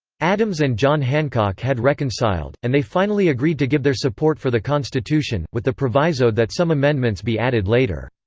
adams and john hancock had reconciled, and they finally agreed to give their support for the constitution, with the proviso that some amendments be added later.